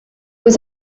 was